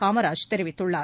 காமராஜ் தெரிவித்துள்ளார்